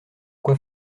quoi